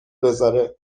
بزاره